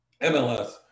MLS